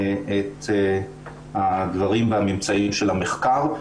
את הדברים והממצאים של המחקר.